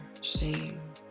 shame